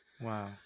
Wow